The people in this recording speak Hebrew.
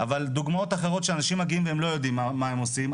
אבל דוגמאות אחרות שאנשים מגיעים והם לא יודעים מה הם עושים.